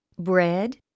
Bread